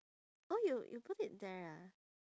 oh you you put it there ah